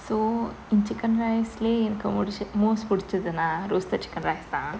so in chicken rice leh எனக்கு:enakku most பிடிச்சதுன்னா:piditchathunna roasted chicken rice ah